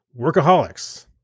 Workaholics